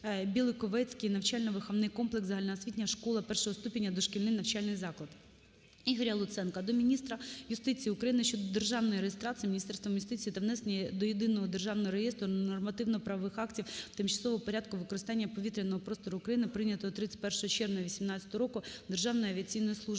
"Біликовецький навчально-виховний комплекс "Загальноосвітня школа І ступеня - дошкільний навчальний заклад". Ігоря Луценка до міністра юстиції України щодо державної реєстрації Міністерством юстиції та внесення до Єдиного державного реєстру нормативного-правових актів Тимчасового порядку використання повітряного простору України, прийнятого 31 червня 2018 року Державною авіаційною службою